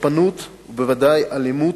תוקפנות ובוודאי אלימות,